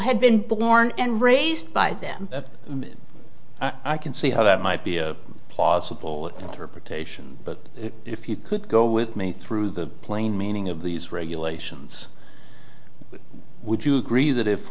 had been born and raised by them i can see how that might be a plausible interpretation but if you could go with me through the plain meaning of these regulations would you agree that if